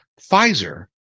Pfizer